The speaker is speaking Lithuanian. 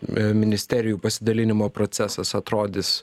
ministerijų pasidalinimo procesas atrodys